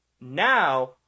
now